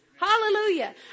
hallelujah